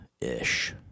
ish